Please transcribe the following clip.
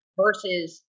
versus